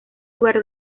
lugar